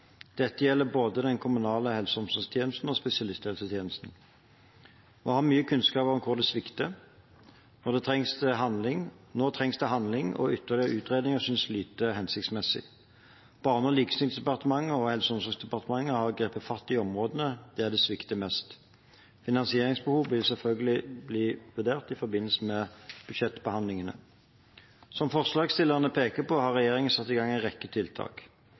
Dette gjelder både den kommunale helse- og omsorgstjenesten og spesialisthelsetjenesten. Vi har mye kunnskap om hvor det svikter. Nå trengs det handling, og ytterligere utredninger synes lite hensiktsmessig. Barne- og likestillingsdepartementet og Helse- og omsorgsdepartementet har grepet fatt i områdene der det svikter mest. Finansieringsbehov vil selvfølgelig bli vurdert i forbindelse med de årlige budsjettbehandlingene. Som forslagsstillerne peker på, har regjeringen satt i gang en rekke tiltak: